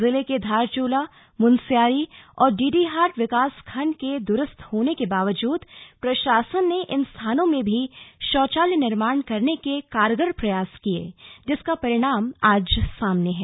जिले के धारचूला मुनस्यारी और डीडीहाट विकास खण्ड के दूरस्थ होने के बावजूद प्रशासन ने इन स्थानों में भी शौचालय निर्माण करने के कारगर प्रयास किए जिसका परिणाम आज सामने है